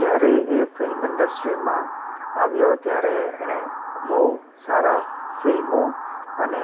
જ્યારે એ ફિલ્મ ઇન્ડસ્ટ્રીમાં આવ્યો ત્યારે એણે બહુ સારા ફિલ્મો અને